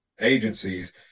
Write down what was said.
agencies